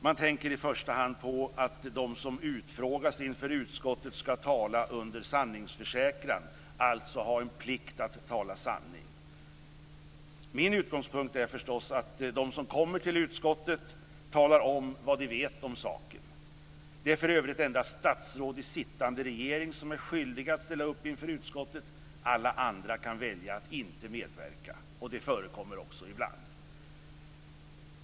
Man tänker i första hand på att de som utfrågas inför utskottet ska tala under sanningsförsäkran, alltså ha en plikt att tala sanning. Min utgångspunkt är förstås att de som kommer till utskottet talar om vad de vet om saken. Det är för övrigt endast statsråd i sittande regering som är skyldiga att ställa upp inför utskottet. Alla andra kan välja att inte medverka. Det förekommer också ibland.